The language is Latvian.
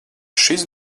šis